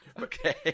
Okay